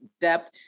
depth